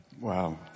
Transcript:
Wow